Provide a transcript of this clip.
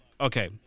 okay